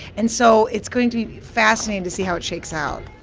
and so it's going to be fascinating to see how it shakes out